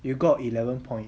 you got eleven point